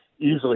easily